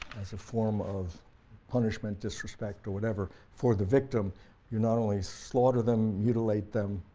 as a form of punishment, disrespect, or whatever. for the victim you not only slaughter them, mutilate them,